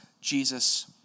Jesus